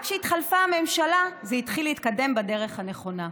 רק כשהתחלפה הממשלה זה התחיל להתקדם בדרך הנכונה.